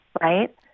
right